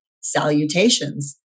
salutations